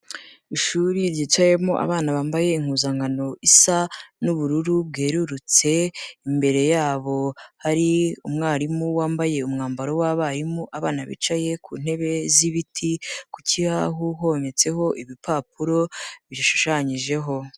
Ishuri ryicayemo abana bambaye impuzankano isa n'ubururu bwerurutse, imbere yabo hari umwarimu wambaye umwambaro w'abarimu, abana bicaye ku ntebe z'ibiti, ku kibahu hometseho ibipapuro bishushanyijeho.